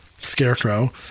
Scarecrow